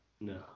No